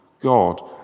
God